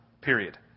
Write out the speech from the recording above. period